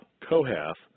Kohath